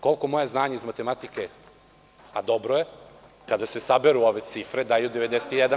Koliko je moje znanje iz matematike, a dobro je, kada se saberu ove cifre daju 91%